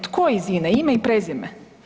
Tko iz INE, ime i prezime?